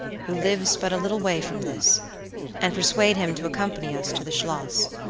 who lives but a little way from this and persuade him to accompany us to the schloss.